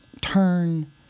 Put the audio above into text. turn